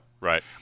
Right